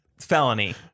felony